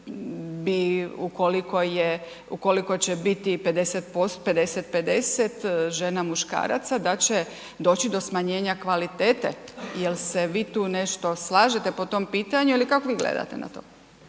ukoliko će biti 50:50 žena, muškaraca da će doći do smanjenja kvalitete jel se vi tu nešto slažete po tom pitanju ili kako vi gledate na to?